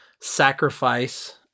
sacrifice